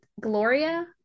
Gloria